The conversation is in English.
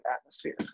atmosphere